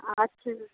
আচ্ছা